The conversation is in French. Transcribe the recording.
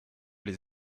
les